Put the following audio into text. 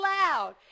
loud